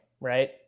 right